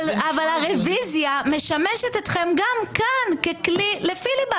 אבל הרוויזיה משמשת אתכם גם כאן לפיליבסטר,